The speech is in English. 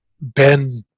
Ben